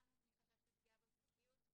גם מחשש לפגיעה בפרטיות,